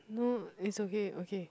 no it's okay okay